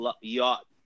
yacht